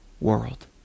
world